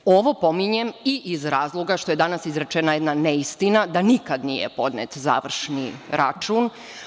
Ovo pominjem i iz razloga što je danas izrečena jedna neistina, da nikad nije podnet završni račun.